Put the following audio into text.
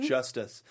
Justice